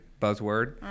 buzzword